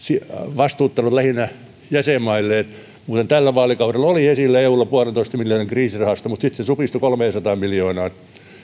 vastuuttanut lähinnä jäsenmailleen muuten tällä vaalikaudella oli esillä eulla puolentoista miljardin kriisirahasto mutta sitten se supistui kolmeensataan miljoonaan